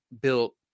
built